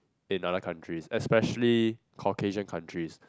in other countries especially Caucasian countries